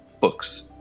books